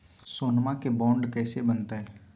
सोनमा के बॉन्ड कैसे बनते?